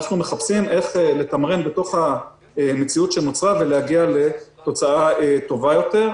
אנחנו מחפשים איך לתמרן בתוך המציאות שנוצרה ולהגיע לתוצאה טובה יותר.